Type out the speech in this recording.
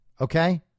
Okay